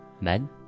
Men